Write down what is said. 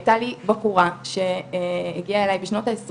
הייתה לי בחורה שהגיעה אליי בשנות ה-20